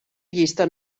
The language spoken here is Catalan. llista